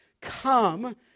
come